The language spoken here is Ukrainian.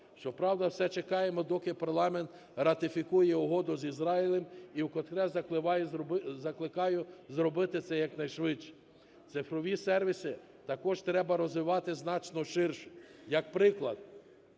Щоправда все чекаємо, доки парламент ратифікує угоду з Ізраїлем, і вкотре закликаю зробити цей якнайшвидше. Цифрові сервіси також треба розвивати значно ширше. Як приклад.